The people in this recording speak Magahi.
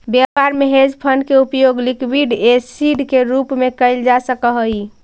व्यापार में हेज फंड के उपयोग लिक्विड एसिड के रूप में कैल जा सक हई